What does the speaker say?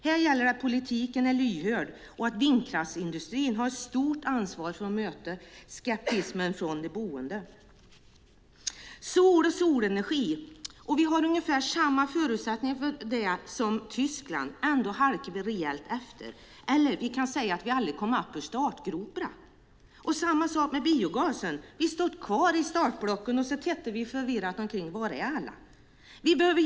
Här gäller det att politiken är lyhörd och att vindkraftsindustrin har ett stort ansvar för att möta skepticismen från de boende. Vi i Sverige har ungefär samma förutsättningar för sol och solenergi som Tyskland. Ändå hamnar Sverige rejält efter. Eller också kan man säga att Sverige aldrig kommit upp ur startgroparna. På samma sätt är det med biogasen. Vi står kvar i startblocken och tittar förvirrat omkring oss och undrar: Var är alla?